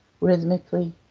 rhythmically